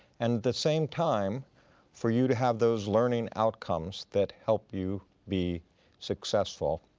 and the same time for you to have those learning outcomes that help you be successful.